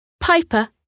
Piper